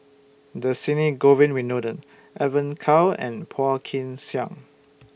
Dhershini Govin Winodan Evon Kow and Phua Kin Siang